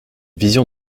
vision